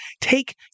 take